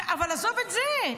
אבל עזוב את זה,